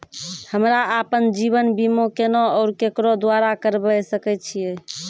हमरा आपन जीवन बीमा केना और केकरो द्वारा करबै सकै छिये?